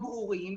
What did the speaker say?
זה ברור,